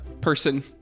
person